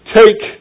take